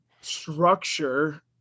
structure